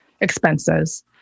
expenses